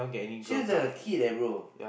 she looks like a kid eh bro